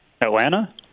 Atlanta